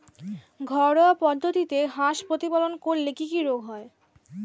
ঘরোয়া পদ্ধতিতে হাঁস প্রতিপালন করলে কি কি রোগ হয়?